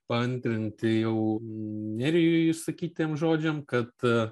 paantrinti jau nerijui išsakytiem žodžiam kad